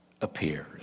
appears